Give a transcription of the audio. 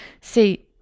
see